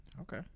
Okay